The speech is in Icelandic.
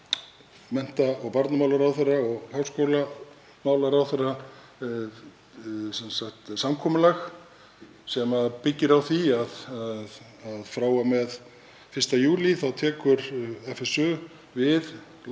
mennta- og barnamálaráðherra og háskólamálaráðherra samkomulag sem byggist á því að frá og með 1. júlí tekur FSu við